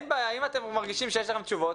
אם אתם מרגישים שיש לכם תשובות,